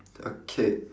okay